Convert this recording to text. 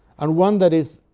and one that is